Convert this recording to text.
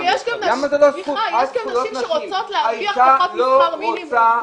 יש גם נשים שרוצות להרוויח פחות משכר מינימום.